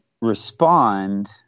respond